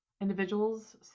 individuals